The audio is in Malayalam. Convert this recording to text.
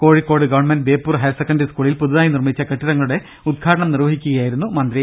കോഴിക്കോട് ഗവൺമെന്റ് ബേപ്പൂർ ഹയർസെക്കൻറി സ്കൂളിൽ പുതുതായി നിർമ്മിച്ച കെട്ടിടങ്ങളുടെ ഉദ്ഘാടനം നിർവഹിച്ച് സംസാരിക്കുകായിരുന്നു മന്ത്രി